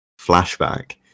flashback